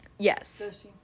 yes